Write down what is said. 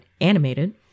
animated